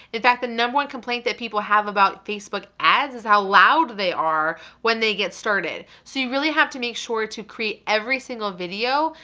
in fact, the number one complaint that people have about facebook ads is how loud they are when they get started, so you really have to make sure to create every single video,